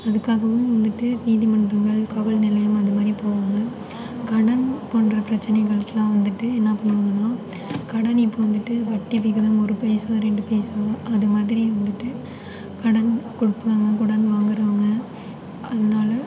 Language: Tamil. அதுக்காகவும் வந்துட்டு நீதிமன்றங்கள் காவல் நிலையம் அதுமாதிரி போவாங்கள் கடன் போன்ற பிரச்சனைகளுக்கெலாம் வந்துட்டு என்ன பண்ணுவாங்கனால் கடன் இப்போது வந்துட்டு வட்டி விகிதம் ஒரு பைசா ரெண்டு பைசா அது மாதிரி வந்துட்டு கடன் கொடுப்பாங்க கடன் வாங்குறவங்க அதனால்